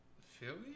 Philly